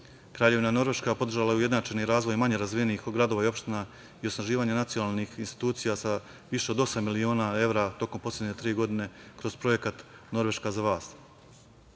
razvoj. Kraljevina Norveška podržala je ujednačeni razvoj manje razvijenih gradova i opština i osnaživanje nacionalnih institucija sa više od osam miliona evra tokom poslednje tri godine kroz Projekat „Norveška za